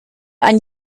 ein